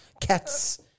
cats